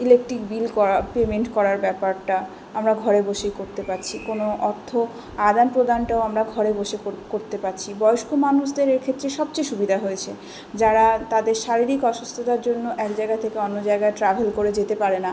electric bill করা payment করার ব্যাপারটা আমরা ঘরে বসেই করতে পারছি কোনো অর্থ আদান প্রদানটাও আমরা ঘরে বসে করতে পারছি বয়স্ক মানুষদের এক্ষেত্রে সবচেয়ে সুবিধা হয়েছে যারা তাদের শারীরিক অসুস্থতার জন্য এক জায়গা থেকে অন্য জায়গায় ট্রাভেল করে যেতে পারে না